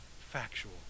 factual